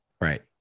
Right